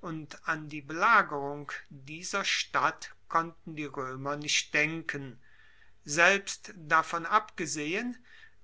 und an die belagerung dieser stadt konnten die roemer nicht denken selbst davon abgesehen